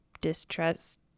distrust